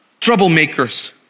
Troublemakers